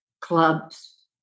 clubs